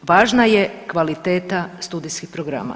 Važna je kvaliteta studijskih programa.